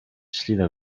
ślinę